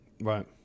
Right